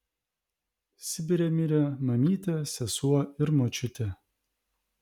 sibire mirė mamytė sesuo ir močiutė